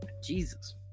Jesus